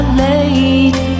late